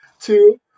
two